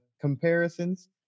comparisons